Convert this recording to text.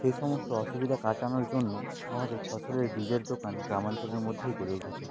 সেই সমস্ত অসুবিধা কাটানোর জন্য আমাদের ফসলের বীজের দোকান গ্রামাঞ্চলের মধ্যেই গড়ে উঠেছে